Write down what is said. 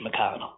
McConnell